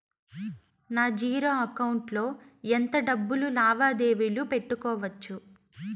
నా zero account లో ఎంత డబ్బులు లావాదేవీలు పెట్టుకోవచ్చు?